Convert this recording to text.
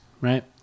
right